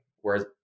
whereas